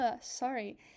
sorry